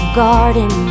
garden